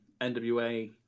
NWA